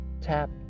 tap